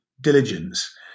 diligence